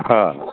हा